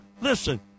listen